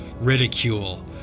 ridicule